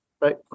Right